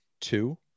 two